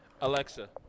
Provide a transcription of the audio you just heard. Alexa